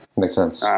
makes sense. um